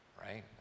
right